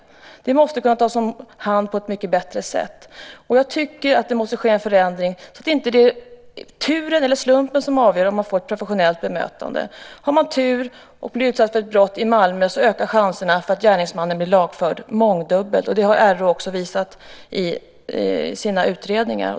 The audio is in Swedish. Sådana fall måste kunna tas om hand på ett mycket bättre sätt. Jag tycker att det måste ske en förändring. Det ska inte vara slumpen som avgör om man får ett professionellt bemötande. Om man blivit utsatt för ett våldsbrott i Malmö är det mångdubbelt större chanser att gärningsmannen blir lagförd, och det har också RÅ visat i sina utredningar.